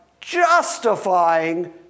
justifying